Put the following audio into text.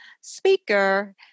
speaker